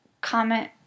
comment